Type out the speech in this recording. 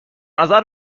نظر